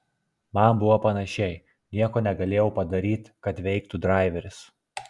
man buvo panašiai nieko negalėjau padaryt kad veiktų draiveris